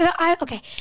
Okay